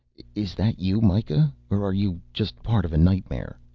is that you mikah or are you just part of a nightmare?